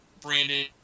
Brandon